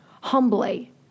humbly